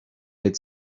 had